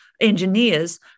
engineers